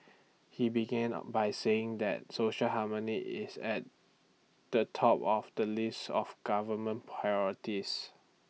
he began by saying that social harmony is at the top of the list of government priorities